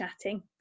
chatting